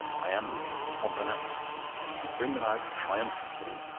iamblichus, pomponazzi you bring them out triumphantly,